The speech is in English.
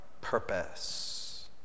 purpose